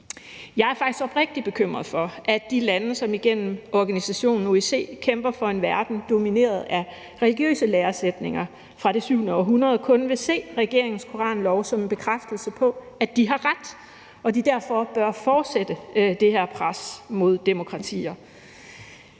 Jeg er faktisk oprigtig bekymret for, at de lande, som igennem organisationen OIC kæmper for en verden domineret af religiøse læresætninger fra det 7. århundrede, kun vil se regeringens koranlov som en bekræftelse på, at de har ret, og at de derfor bør fortsætte det her pres mod demokratier.